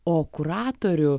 o kuratorių